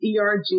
ERG